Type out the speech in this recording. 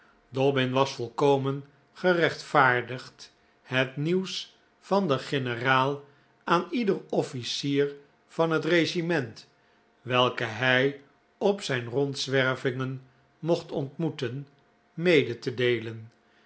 dobbin was volkomen gerechtvaardigd het nieuws van den generaal aan ieder officier van het regiment welken hij op zijn rondzwervingen mocht ontmoeten mede te deelen